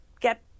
get